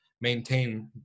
maintain